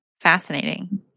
Fascinating